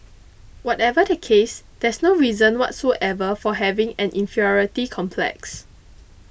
whatever the case there's no reason whatsoever for having an inferiority complex